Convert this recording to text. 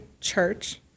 church